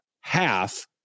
half